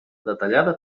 detallada